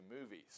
movies